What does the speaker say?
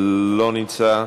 לא נמצא,